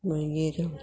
मागीर